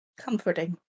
Comforting